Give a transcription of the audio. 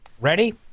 ready